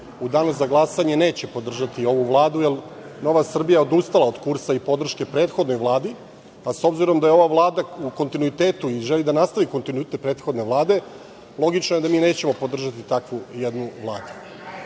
u danu za glasanje neće podržati ovu Vladu, jer je Nova Srbija odustala od kursa podrške prethodnoj Vladi, a s obzirom da je ova Vlada u kontinuitetu i želji da nastavi kontinuitet prethodne Vlade, logično je da mi nećemo podržati takvu Vladu. Slušali